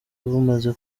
bumaze